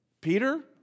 Peter